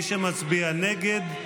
מי שמצביע נגד,